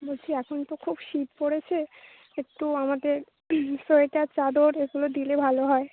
বলছি এখন তো খুব শীত পড়েছে একটু আমাদের সোয়েটার চাদর এগুলো দিলে ভালো হয়